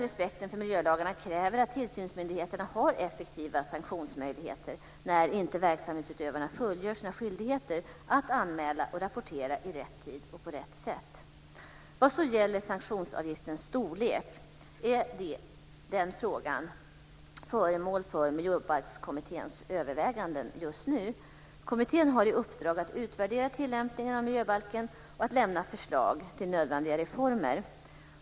Respekten för miljölagarna kräver att tillsynsmyndigheterna har effektiva sanktionsmöjligheter när inte verksamhetsutövarna fullgör sina skyldigheter att anmäla och rapportera i rätt tid och på rätt sätt. Vad så gäller sanktionsavgiftens storlek är den frågan föremål för Miljöbalkskommitténs överväganden just nu. Kommittén har i uppdrag att utvärdera tillämpningen av miljöbalken och lämna förslag till nödvändiga reformer.